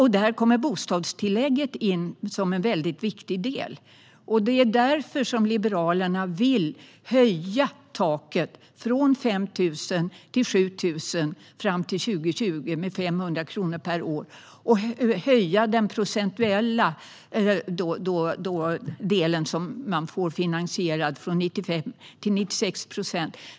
Här är bostadstillägget viktigt, och därför vill Liberalerna höja taket från 5 000 till 7 000 fram till 2020 med 500 kronor per år och höja den procentuella delen som man får finansierad från 95 procent till 96 procent.